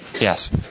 Yes